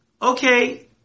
okay